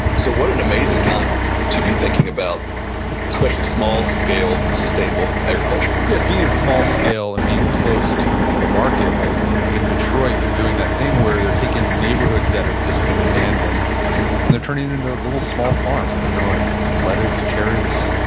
so what an amazing time to be thinking about especially small scale sustainable agriculture yes. being in a small scale and being close to the market. like i think in detroit they're doing that thing where they're taking neighborhoods that have just been abandoned abandoned and they're turning it into little small farms where they're growing lettuce, carrots,